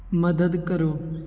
ਮਦਦ ਕਰੋ